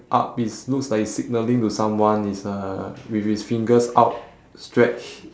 up it's looks like he is signalling to someone his uh with his fingers outstretched